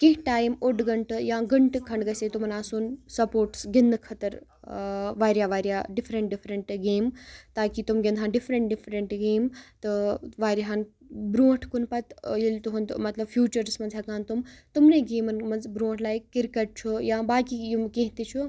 کیٚنٛہہ ٹایِم اوٚڑ گَنٹہٕ یا گَنٹہٕ کھَنٛڈ گَژھِ ہے تِمَن آسُن سَپورٹٕس گِنٛدنہٕ خٲطرٕ واریاہ واریاہ ڈِفرَنٛٹ ڈِفرَنٛٹہٕ گیم تاکہِ تِم گِنٛدٕہان ڈِفرَنٛٹ ڈِفرَنٹہٕ گیم تہٕ واریاہَن برٛونٛٹھ کُن پَتہٕ ییٚلہِ تُہُنٛد مطلب فیٛوٗچَرَس منٛز ہیٚکہٕ ہان تِم تِمنٕے گیمَن منٛز برٛونٛٹھ لایِک کِرکَٹ چھُ یا باقٕے یِم کیٚنٛہہ تہِ چھُ